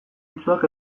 itsuak